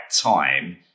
time